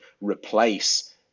replace